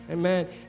Amen